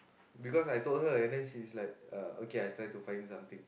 because I told her and then she's like uh okay I try to find something